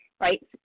right